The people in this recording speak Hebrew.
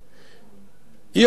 האי-חוקיות הראשונה